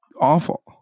awful